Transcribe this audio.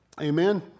Amen